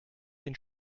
den